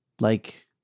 like